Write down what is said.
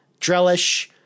Drellish